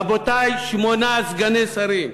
רבותי, שמונה סגני שרים.